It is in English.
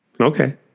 Okay